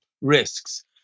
risks